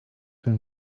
been